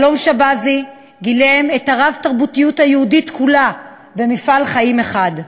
שלום שבזי גילם את הרב-תרבותיות היהודית כולה במפעל חיים אחד.